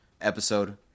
episode